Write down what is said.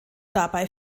dabei